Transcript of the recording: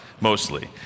mostly